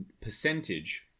percentage